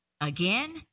again